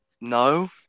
No